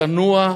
צנוע,